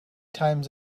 times